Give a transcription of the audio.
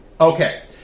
Okay